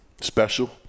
special